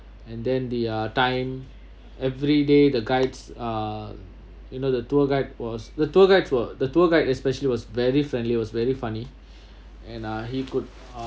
and then their time every day the guides uh you know the tour guide was the tour guides were the tour guide especially was very friendly was very funny and uh he could